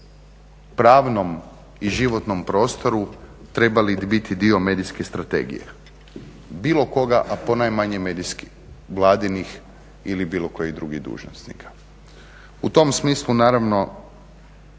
pravnom i životnom prostoru trebali biti dio medijske strategije, bilo koga a ponajmanje medijski, vladinih ili bilo kojih drugih dužnosnika. U tom smislu naravno